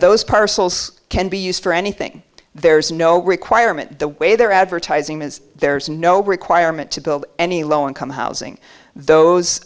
those parcels can be used for anything there's no requirement the way they're advertising is there's no requirement to build any low income housing those